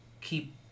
keep